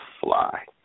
fly